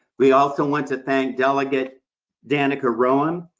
we also want to thank delegate danica rowan,